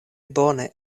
bone